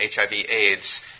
HIV-AIDS